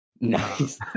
Nice